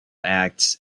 acts